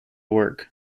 work